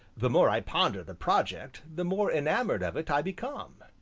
the more i ponder the project, the more enamored of it i become.